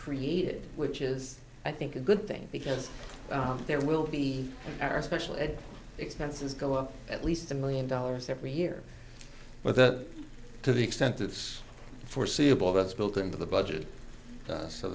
created which is i think a good thing because there will be our special ed expenses go up at least a million dollars every year but that to the extent it's foreseeable that's built into the budget